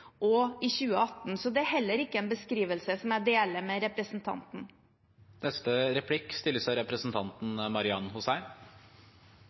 og i 2018. Så det er heller ikke en beskrivelse som jeg deler med